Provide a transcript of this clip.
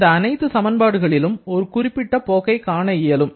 இந்த அனைத்து சமன்பாடுகளிலும் ஒரு குறிப்பிட்ட போக்கை காண இயலும்